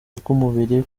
bw’umubiri